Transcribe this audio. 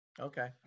okay